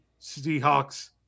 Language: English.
Seahawks